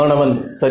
மாணவன் சரி